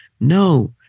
No